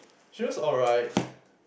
she was alright